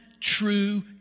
true